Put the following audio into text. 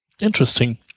Interesting